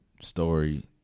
story